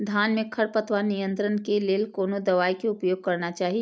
धान में खरपतवार नियंत्रण के लेल कोनो दवाई के उपयोग करना चाही?